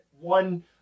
one